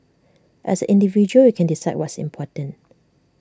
as an individual you can decide what's important